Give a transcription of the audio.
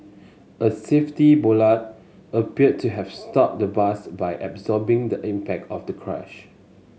a safety bollard appeared to have stopped the bus by absorbing the impact of the crash